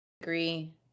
agree